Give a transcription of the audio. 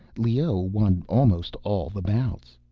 leoh won almost all the bouts.